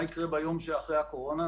מה יקרה ביום שאחרי הקורונה,